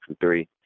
three